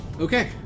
Okay